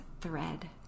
thread